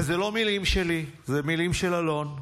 וזה לא מילים שלי, אלה מילים של אלון: